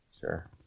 Sure